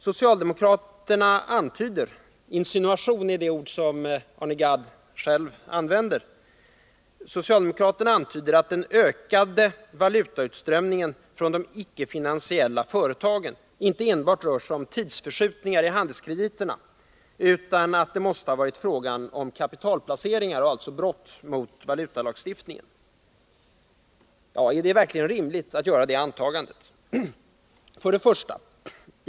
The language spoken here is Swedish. Socialdemokraterna antyder — ”insinuation” är det ord som Arne Gadd själv använder — att den ökade valutautströmningen från de icke finansiella företagen inte enbart rör sig om tidsförskjutningar i handelskrediterna utan att det måste vara fråga om kapitalplaceringar och alltså brott mot valutalagstiftningen. Är det verkligen rimligt att göra det antagandet?